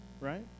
right